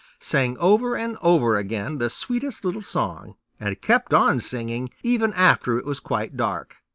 sang over and over again the sweetest little song and kept on singing even after it was quite dark.